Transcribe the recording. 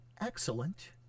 excellent